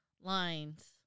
lines